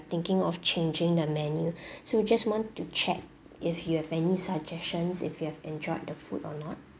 thinking of changing the menu so just want to check if you have any suggestions if you have enjoyed the food or not